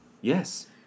Yes